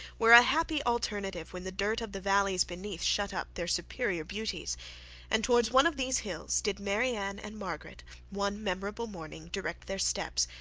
were a happy alternative when the dirt of the valleys beneath shut up their superior beauties and towards one of these hills did marianne and margaret one memorable morning direct their steps,